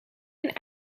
een